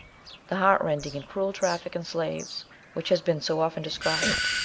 the heartrending and cruel traffic in slaves which has been so often described,